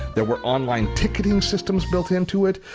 there were online ticketing systems built into it.